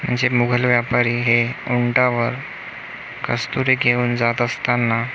म्हणजे मुघल व्यापारी हे उंटावर कस्तुरी घेऊन जात असताना